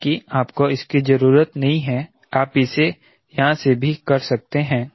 बल्कि आपको इसकी जरूरत नहीं है आप इसे यहां से भी कर सकते हैं